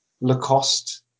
Lacoste